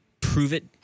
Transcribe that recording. prove-it